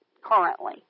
currently